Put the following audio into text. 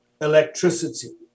electricity